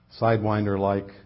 Sidewinder-like